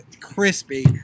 crispy